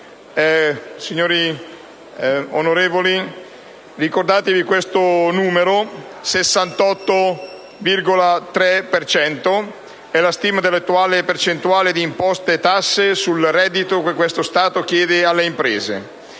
Signori senatori, ricordatevi questo numero: 68,3 per cento, vale a dire la stima dell'attuale percentuale di imposte e tasse sul reddito che questo Stato chiede alle imprese.